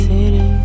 city